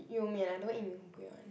You-Mian I don't eat Mee-Hoon-Kway one